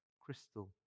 crystal